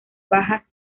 bajas